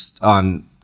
on